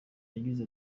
yagize